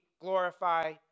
glorify